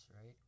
right